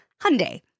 Hyundai